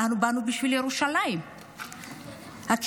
למה ביום ירושלים?